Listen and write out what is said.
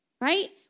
right